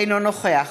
אינו נוכח